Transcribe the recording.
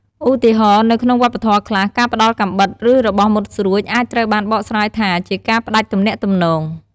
ឧទាហរណ៍ នៅក្នុងវប្បធម៌ខ្លះ ការផ្តល់កាំបិត ឬរបស់មុតស្រួច អាចត្រូវបានបកស្រាយថាជាការផ្តាច់ទំនាក់ទំនង។